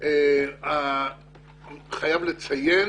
אני חייב לציין